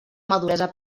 maduresa